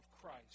Christ